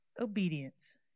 obedience